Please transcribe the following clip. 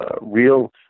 real